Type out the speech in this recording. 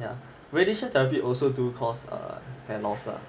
ya radiation therapy also do cause hair loss lah